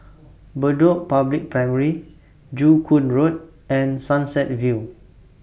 Bedok Public Library Joo Koon Road and Sunset View